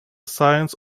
science